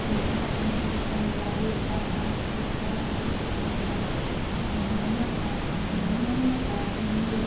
फीता कम से कम सारे चा साढ़े चार हाथ का होना होना होना चाहिए